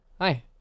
Hi